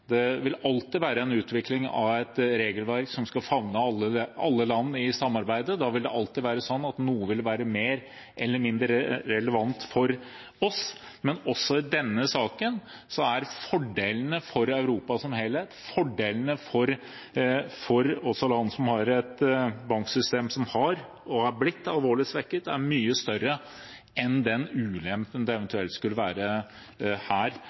Det vil alltid være en utvikling av et regelverk som skal favne alle land i samarbeidet. Da vil det alltid være sånn at noe vil være mer eller mindre relevant for oss, men også i denne saken er fordelene for Europa som helhet, og for land med et banksystem som har blitt alvorlig svekket, mye større enn den ulempen det eventuelt skulle være her.